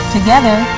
Together